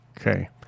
Okay